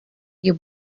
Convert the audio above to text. you